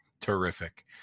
Terrific